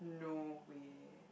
no way